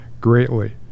greatly